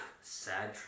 Sad